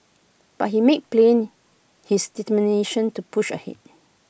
but he made plain his determination to push ahead